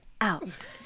out